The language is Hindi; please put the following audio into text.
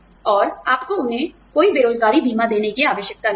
और आपको उन्हें कोई बेरोज़गारी बीमा देने की आवश्यकता नहीं है